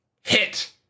hit